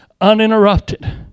uninterrupted